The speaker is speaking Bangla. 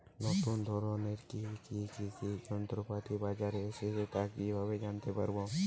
নতুন ধরনের কি কি কৃষি যন্ত্রপাতি বাজারে এসেছে তা কিভাবে জানতেপারব?